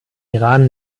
iran